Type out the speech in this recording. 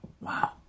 Wow